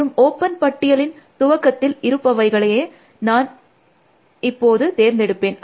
மற்றும் ஓப்பன் பட்டியலின் துவக்கத்தில் இருப்பவைகளையே நான் எப்போதும் தேர்ந்தெடுப்பேன்